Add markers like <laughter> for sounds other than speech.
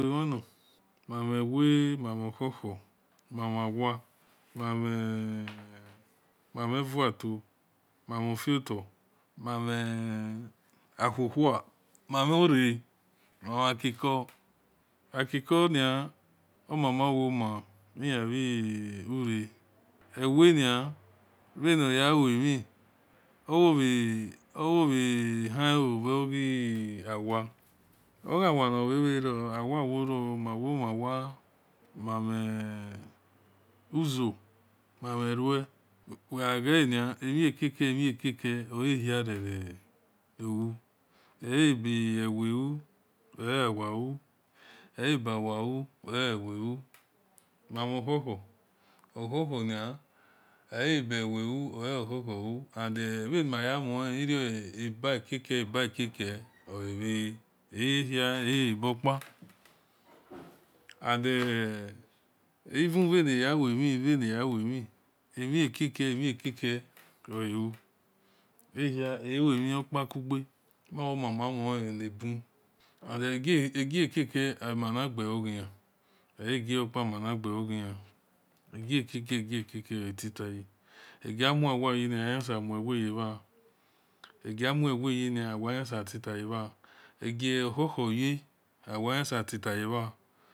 <hesitation> miave wie mavahoho mei vawier <hesitation> aviato mava-fuota <hesitation> mavi-auhoha mavi-ura mavi-kiko akiko ni o-mamawoma iyebiura ewei nivanivanoyewehi <hesitation> oevoahio voge-awia oyoawia novi viro awia oworo <hesitation> mawovawia mave uzeo mave eroe weavoani amikake anikake oahirere <hesitation> u-u eabiwie u-u eawiau eaba-wia u wana wie u mamu hu-hu o hu hunni eaba wia u earo huhu u and vanimayamani ebia akeke oava ahia aebipa <hesitation> and eu aniyawami aniyawami ami kake oau ahia awimikakuga maomama uonabu and agekake manigeome eagopamangeohega agak ake agakake oatitahi egimuwia ya ayasemuwie yara agimuwie ya awia yasatita year ago <hesitation> ago nu-hu ya